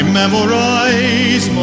memorize